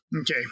Okay